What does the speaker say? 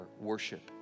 worship